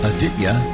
Aditya